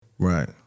Right